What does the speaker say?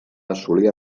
assolir